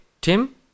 Tim